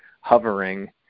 hovering